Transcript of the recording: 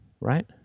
right